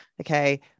okay